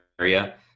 area